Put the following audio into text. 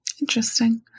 Interesting